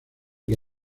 que